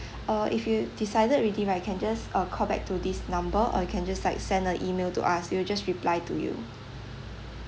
uh if you decided already right you can just uh call back to this number or you can just like send a email to us we will just reply to you